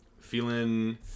feeling